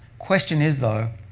question is, though,